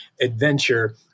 adventure